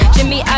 Jimmy